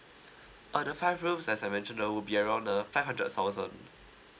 uh the five rooms as I mentioned uh would be around uh five hundred thousand